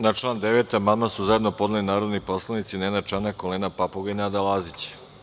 Na član 9. amandman su zajedno podneli narodni poslanici Nenad Čanak, Olena Papuga i Nada Lazić.